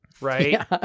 right